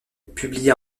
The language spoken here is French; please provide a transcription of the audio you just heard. publia